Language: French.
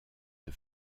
the